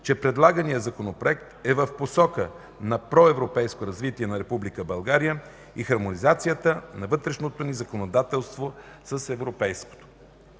че предлаганият Законопроект е в посока на проевропейското развитие на Република България и хармонизацията на вътрешното ни законодателство с европейското.